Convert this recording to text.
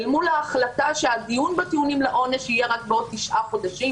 אל מול ההחלטה שהדיון בטיעונים לעונש יהיה רק בעוד תשעה חודשים,